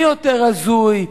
מי יותר הזוי,